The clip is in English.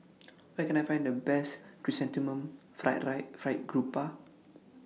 Where Can I Find The Best Chrysanthemum Fried Fried Garoupa